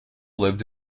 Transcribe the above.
lived